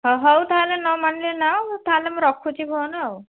ହ ହଉ ତା'ହେଲେ ନମାନିଲେ ତା'ହେଲେ ମୁଁ ରଖୁଛି ଫୋନ୍ ଆଉ